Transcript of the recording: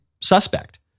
suspect